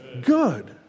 good